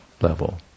level